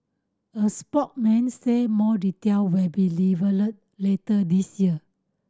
a spokesman said more detail will be revealed later this year